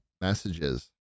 messages